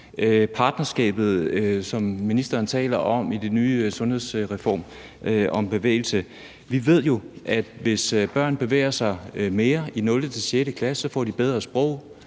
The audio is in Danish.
partnerskabet, som ministeren taler om i forbindelse med den nye sundhedsreform, om bevægelse. Vi ved jo, at hvis børn bevæger sig mere i 0.-6. klasse, får de et bedre sprog,